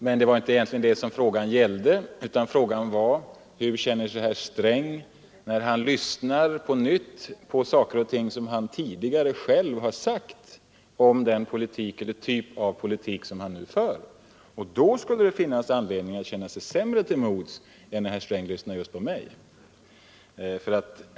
Men det var egentligen inte det frågan gällde; den gällde hur herr Sträng känner sig när han på nytt lyssnar till vad han själv tidigare har sagt om den typ av politik som han nu för. Och då skulle det finnas anledning för honom att känna sig sämre till mods.